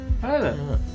Hello